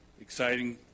exciting